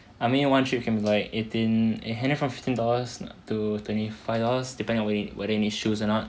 I mean one trip can be like eighteen it ranges from fifteen dollars to twenty five dollars depending on whether whether you need shoes or not